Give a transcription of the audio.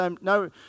no